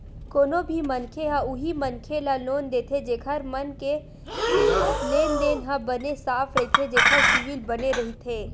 कोनो भी मनखे ह उही मनखे ल लोन देथे जेखर मन के लेन देन ह बने साफ रहिथे जेखर सिविल बने रहिथे